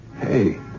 Hey